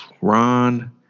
Ron